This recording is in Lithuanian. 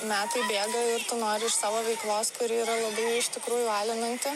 metai bėga ir tu nori iš savo veiklos kuri yra labai iš tikrųjų alinanti